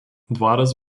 dvaras